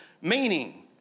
Meaning